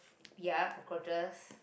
ya cockroaches